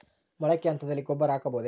ಮೊಳಕೆ ಹಂತದಲ್ಲಿ ಗೊಬ್ಬರ ಹಾಕಬಹುದೇ?